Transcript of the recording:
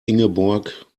ingeborg